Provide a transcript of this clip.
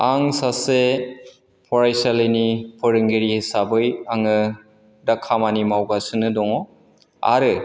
आं सासे फरायसालिनि फोरोंगिरि हिसाबै आङो दा खामानि मावगासिनो दङ आरो